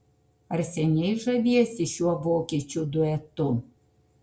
ar seniai žaviesi šiuo vokiečių duetu